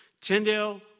Tyndale